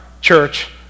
church